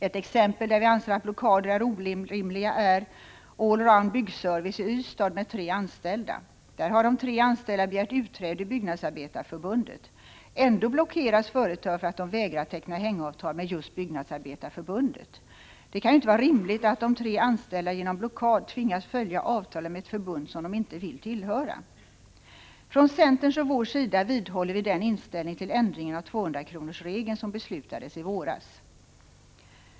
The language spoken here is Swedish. Ett exempel där vi anser att blockader är orimliga är Allround Byggservice i Ystad med tre anställda. De tre anställda har begärt utträde ur Byggnadsarbetareförbundet. Ändå blockeras företaget för att det vägrar teckna hängavtal med just Byggnadsarbetareförbundet. Det kan ju inte vara rimligt att de tre anställda genom blockad tvingas följa avtalet med ett förbund som de inte vill tillhöra. Från centerns och moderata samlingspartiets sida vidhåller vi vår inställning till den ändring av 200-kronorsregeln som beslutades i våras.